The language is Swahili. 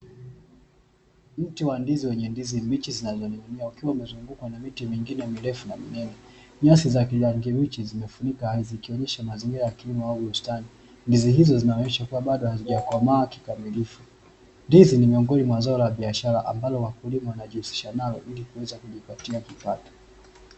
Mti wa ndizi wenye ndizi mbichi zinazoning'inia umezungukwa na miti mingine mirefu na minene nyasi za kilanguluchi zimefunika ardhi ikionyesha mazingira ya kilimo ndizi hizo zinaonyesha hazija komaa vizuri ndizi ni miongoni mwa zao la biashara ambapo wakulima hujihusisha kujipatia kipato